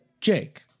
Jake